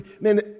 man